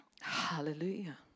Hallelujah